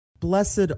Blessed